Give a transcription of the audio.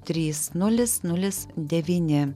trys nulis nulis devyni